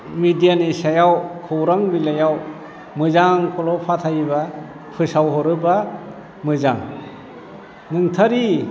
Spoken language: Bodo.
मिडियानि सायाव खौरां बिलाइआव मोजांखौल' फाथायोबा फोसावहरोबा मोजां नंथारि